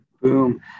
Boom